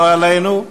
לא עלינו,